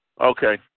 Okay